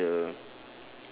three of the